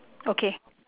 okay